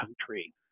Country